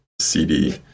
CD